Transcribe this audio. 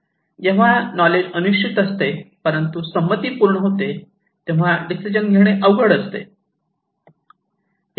जेव्हा नॉलेज अनिश्चित असते परंतु संमती पूर्ण होते तेव्हा डिसिजन घेणे अवघड असते